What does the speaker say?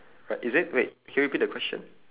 right is it wait can you repeat the question